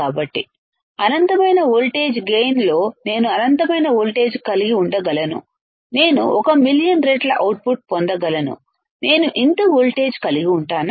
కాబట్టి అనంతమైన వోల్టేజ్ గైన్లో నేను అనంతమైన వోల్టేజ్ కలిగి ఉండ గలను నేను 1 మిలియన్ రెట్లు అవుట్పుట్ పొందగలను నేను ఇంత వోల్టేజ్ కలిగి ఉంటానా